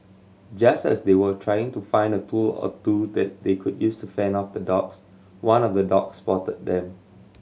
just as they were trying to find a tool or two that they could use to fend off the dogs one of the dogs spotted them